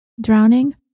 Drowning